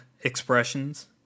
expressions